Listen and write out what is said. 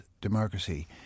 Democracy